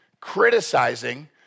criticizing